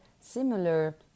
similar